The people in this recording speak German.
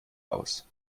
aus